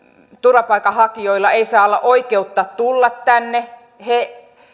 turvapaikanhakijoilla ei saa olla oikeutta tulla tänne